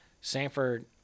Sanford